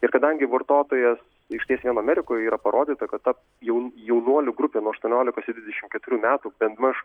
ir kadangi vartotojas išties jam amerikoj yra parodyta kad ta jau jaunuolių grupė nuo aštuoniolikos iki dvidešimt keturių metų benmaž